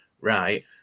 right